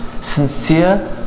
sincere